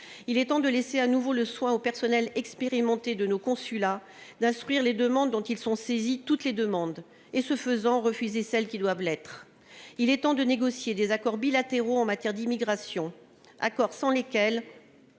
il est temps de laisser à nouveau le soin au personnel expérimenté de nos consulats d'instruire les demandes dont ils sont saisis toutes les demandes et, ce faisant, refuser celles qui doivent l'être, il est temps de négocier des accords bilatéraux en matière d'immigration accord sans lesquels